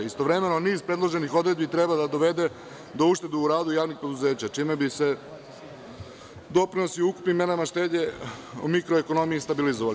Istovremeno, niz predloženih odredbi treba da dovede do uštede u radu javnih preduzeća, čime bi se doprinosi u ukupnim merama štednje u mikroekonomiji stabilizovali.